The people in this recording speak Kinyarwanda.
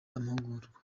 amarushanwa